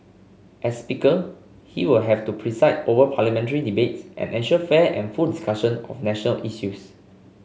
as speaker he will have to preside over parliamentary debates and ensure fair and full discussion of national issues